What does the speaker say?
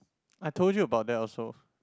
I told you about that also